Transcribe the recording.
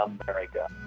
America